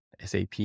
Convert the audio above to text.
SAP